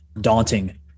daunting